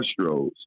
Astros